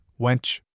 wench